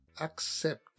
accept